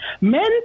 men